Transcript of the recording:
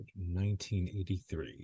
1983